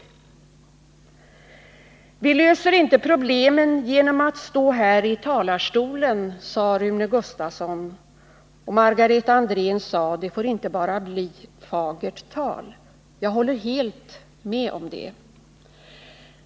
Vi löser inte problemen genom att stå här i talarstolen, sade Rune Gustavsson, och Margareta Andrén sade: Det får inte bara bli fagert tal. Jag håller helt med om det.